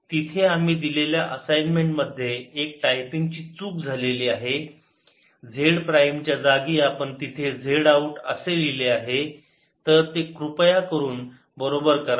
तिथे आम्ही दिलेल्या असाइन्मेंट मध्ये एक टायपिंग ची चूक झालेली आहे झेड प्राईम च्या जागी आपण तिथे z आउट असे लिहिले आहे तर ते कृपया बरोबर करा